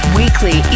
weekly